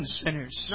sinners